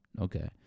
Okay